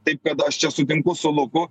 taip kad aš čia sutinku su luku